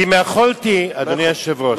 אם יכולתי, אדוני היושב-ראש,